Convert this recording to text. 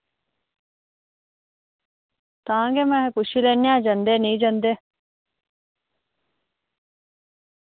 तां गै महां पुच्छी लैन्ने आं जन्दे नेईं जन्दे